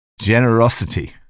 generosity